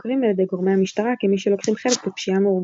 מוכרים על ידי גורמי המשטרה כמי שלוקחים חלק בפשיעה מאורגנת.